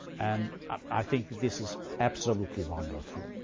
and i think this is absolutely wonderful.